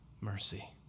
mercy